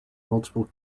multiple